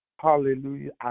Hallelujah